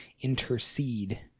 intercede